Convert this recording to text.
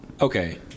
Okay